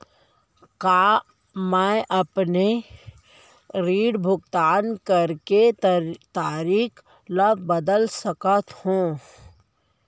का मैं अपने ऋण भुगतान करे के तारीक ल बदल सकत हो?